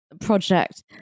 project